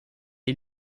est